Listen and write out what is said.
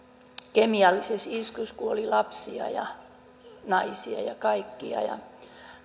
kemiallisessa iskussa kuoli lapsia ja naisia ja kaikkia ja